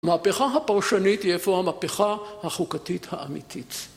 המהפכה הפרשנית היא איפה המהפכה החוקתית האמיתית.